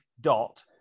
dot